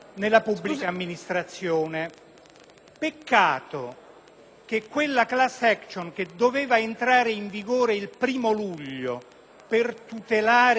peccato che quella *class action*, che doveva entrare in vigore il 1° luglio per tutelare i consumatori ed il mercato,